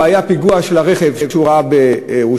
היה הפיגוע של הרכב שהוא ראה בירושלים,